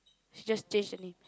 she just change her name